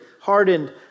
hardened